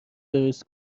درست